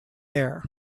air